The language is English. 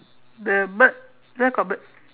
the bird where got bird